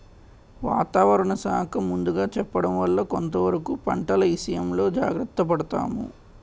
వాతావరణ శాఖ ముందుగా చెప్పడం వల్ల కొంతవరకు పంటల ఇసయంలో జాగర్త పడతాము